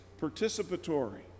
participatory